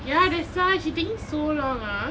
ya that's why she taking so long ah